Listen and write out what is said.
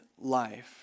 life